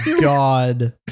god